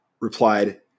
replied